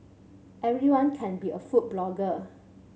everyone can be a food blogger